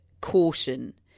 caution